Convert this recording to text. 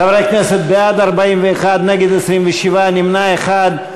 חברי הכנסת, בעד, 41, נגד, 27, נמנע אחד.